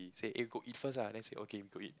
say eh we go eat first lah then okay we go eat